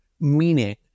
meaning